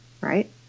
right